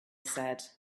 said